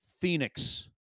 Phoenix